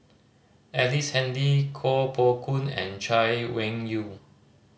Ellice Handy Koh Poh Koon and Chay Weng Yew